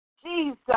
Jesus